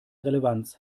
relevanz